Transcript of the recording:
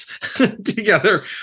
together